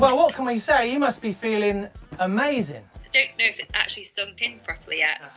but what can we say, you must be feeling amazing. don't know if it's actually sunked in properly yet.